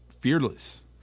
fearless